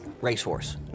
racehorse